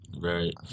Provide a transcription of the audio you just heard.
Right